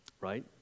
right